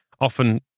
often